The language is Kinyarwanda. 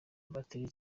batiri